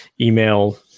email